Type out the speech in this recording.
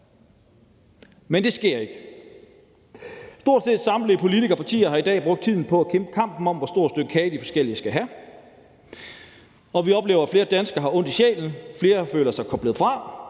Men det sker ikke. Stort set samtlige politiske partier har i dag brugt tiden på at kæmpe kampen om, hvor stort et stykke kage de forskellige skal have, og vi oplever, at flere danskere har ondt i sjælen, flere føler sig koblet fra,